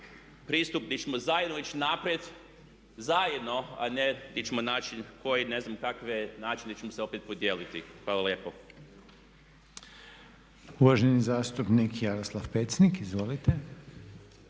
pristup gdje ćemo zajedno ići naprijed, zajedno, a ne gdje ćemo naći koje i ne znam kakve načine gdje ćemo se opet podijeliti. Hvala lijepo. **Reiner, Željko (HDZ)** Uvaženi zastupnik Jaroslav Pecnik. Izvolite.